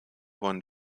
wollen